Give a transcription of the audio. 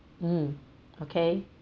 mm okay